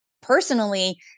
Personally